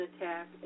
attack